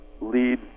lead